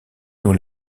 nous